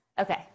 Okay